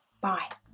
Bye